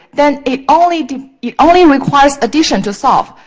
then it only it only requires addition to solve.